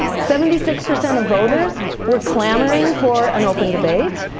seventy six percent of voters were clamoring for an open debate.